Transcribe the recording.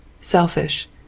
selfish